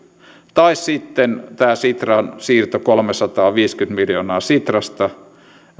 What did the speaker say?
tai sitten tämä sitran siirto kolmesataaviisikymmentä miljoonaa sitrasta